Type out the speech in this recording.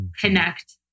connect